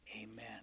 Amen